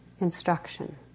instruction